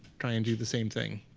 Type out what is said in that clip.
try and do the same thing?